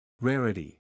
Rarity